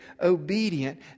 obedient